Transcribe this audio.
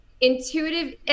Intuitive